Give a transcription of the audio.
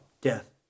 death